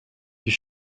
you